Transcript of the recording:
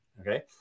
Okay